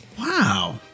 Wow